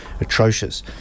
atrocious